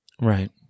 Right